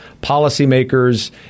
policymakers